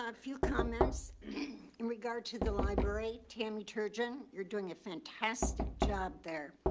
ah few comments in regard to the library. tammy turgeon, you're doing a fantastic job there.